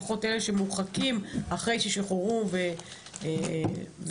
לפחות אלה שמורחקים אחרי ששוחררו וכדומה.